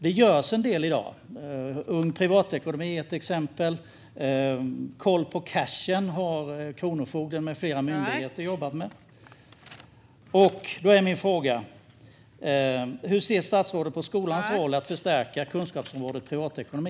Det görs en del i dag; Ung Privatekonomi är ett exempel, och Kronofogden med flera myndigheter har jobbat med Koll på cashen. Min fråga är: Hur ser statsrådet på skolans roll i arbetet att förstärka kunskapsområdet privatekonomi?